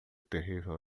terrível